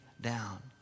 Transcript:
down